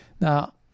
Now